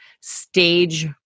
stage